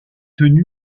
tenu